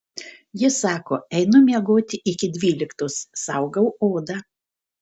ji sako einu miegoti iki dvyliktos saugau odą